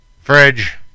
fridge